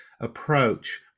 approach